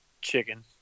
Chicken